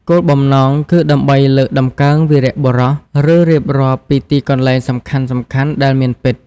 គោលបំណងគឺដើម្បីលើកតម្កើងវីរបុរស ឬរៀបរាប់ពីទីកន្លែងសំខាន់ៗដែលមានពិត ។